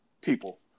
People